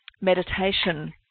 meditation